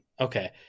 Okay